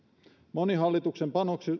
moni hallituksen